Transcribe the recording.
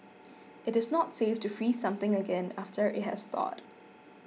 it is not safe to freeze something again after it has thawed